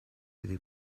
été